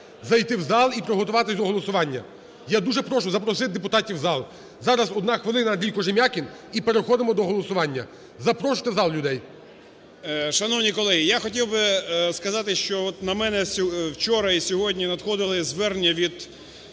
зайти в зал і приготуватись до голосування. Я дуже прошу запросити депутатів в зал. Зараз одна хвилина, Андрій Кожем'якін, і переходимо до голосування. Запрошуйте в зал людей. 17:23:29 КОЖЕМ’ЯКІН А.А. Шановні колеги, я хотів би сказати, що, вот, на мене, вчора і сьогодні надходили звернення від